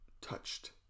touched